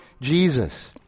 Jesus